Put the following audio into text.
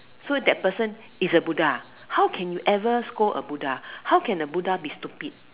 so that person is a Buddha how can you ever scold a Buddha how can the Buddha be stupid